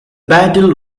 battle